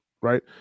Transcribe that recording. right